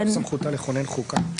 סמכותה לכונן חוקה.